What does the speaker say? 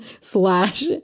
slash